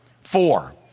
four